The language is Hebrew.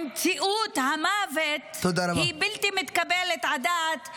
מציאות המוות היא בלתי מתקבלת על הדעת.